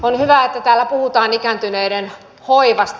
on hyvä että täällä puhutaan ikääntyneiden hoivasta